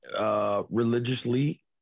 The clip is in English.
Religiously